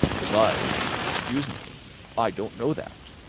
besides excuse me i don't know that.